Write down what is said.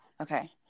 Okay